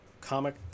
comic